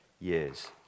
years